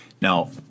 Now